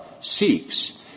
seeks